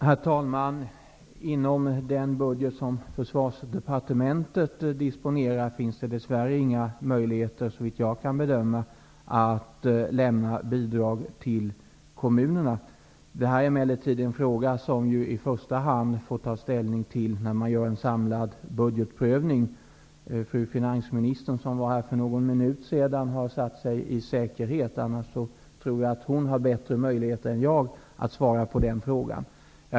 Herr talman! Inom den budget som Försvarsdepartementet disponerar finns det dess värre såvitt jag kan bedöma inget utrymme för att lämna bidrag till kommunerna. Det här är emellertid en fråga som man i första hand får ta ställning till vid en samlad budgetprövning. Fru finansministern, som var här för någon minut sedan, har nu satt sig i säkerhet. Annars har hon nog bättre möjligheter än jag att svara på den frågan.